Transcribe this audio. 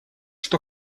что